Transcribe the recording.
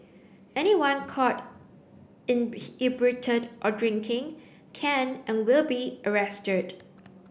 anyone caught inebriated or drinking can and will be arrested